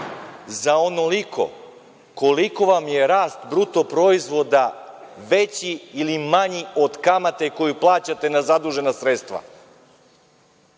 za onoliko koliko vam je rast bruto proizvoda veći ili manji od kamate koju plaćate na zadužena sredstva.